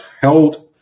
held